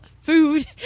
food